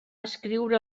escriure